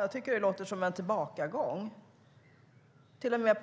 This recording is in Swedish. Jag tycker att det låter som en tillbakagång. Personalen